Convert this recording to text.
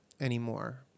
anymore